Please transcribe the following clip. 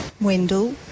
Wendell